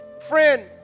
friend